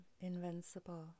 invincible